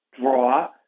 draw